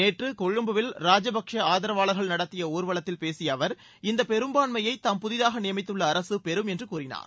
நேற்று கொழும்புவில் ராஜபக்சே ஆதரவாளா்கள் நடத்திய ஊா்வலத்தில் பேசிய அவா் இந்த பெரும்பான்மையை தாம் புதிதாக நியமித்துள்ள அரசு பெரும் என்று கூறினார்